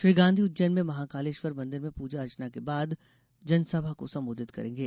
श्री गांधी उज्जैन में महाकालेश्वर मंदिर में पूजा अर्चना के बाद जनसभा को सम्बोधित करेंगे